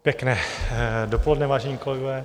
Pěkné dopoledne, vážení kolegové.